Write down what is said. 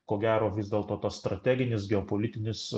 ko gero vis dėlto tas strateginis geopolitinis